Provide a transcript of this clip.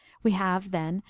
we have, then,